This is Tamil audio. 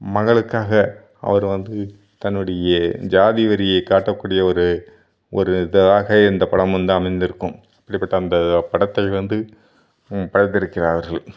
மகளுக்காக அவர் வந்து தன்னுடைய ஜாதி வெறியை காட்டக்கூடிய ஒரு ஒரு இதாக இந்தப்படம் வந்து அமைந்திருக்கும் இப்படிப்பட்ட அந்த படத்தை வந்து படைத்திருக்கிறார்கள்